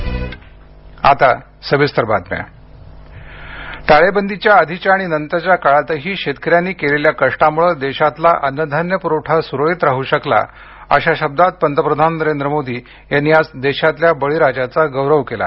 पंतप्रधान टाळेबंदीआधीच्या आणि नंतरच्या काळातही शेतकऱ्यांनी केलेल्या कष्टामुळे देशातला अन्नधान्य पुरवठा सुरळीत राहू शकला अशा शब्दात पंतप्रधान नरेंद्र मोदी यांनी आज देशातल्या बळीराजाचा गौरव केला